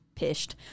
Pished